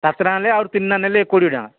ସାତ ଟଙ୍କା ଲେଖା ଆଉ ତିନୋଟି ନେଲେ କୋଡ଼ିଏ ଟଙ୍କା